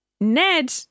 Ned